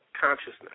consciousness